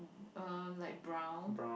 um light brown